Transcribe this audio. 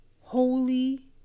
Holy